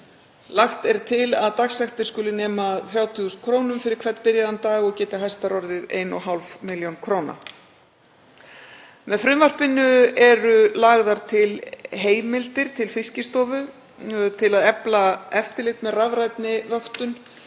Lagt er til að dagsektir skuli nema 30.000 kr. fyrir hvern byrjaðan dag og geti hæstar orðið 1,5 milljónir kr. Með frumvarpinu eru lagðar til heimildir til Fiskistofu til að efla eftirlit með rafrænni vöktun,